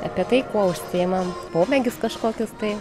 apie tai kuo užsiimam pomėgius kažkokius tai